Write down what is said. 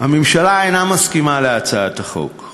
הממשלה אינה מסכימה להצעת החוק.